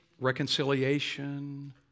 Reconciliation